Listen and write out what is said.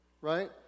Right